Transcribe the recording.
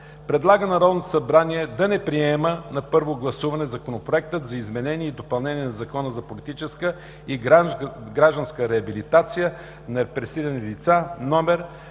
предлага на Народното събрание да не приема на първо гласуване Законопроект за изменение и допълнение на Закона за политическа и гражданска реабилитация на репресирани лица, №